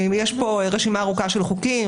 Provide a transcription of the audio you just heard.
יש פה רשימה ארוכה של חוקים,